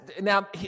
Now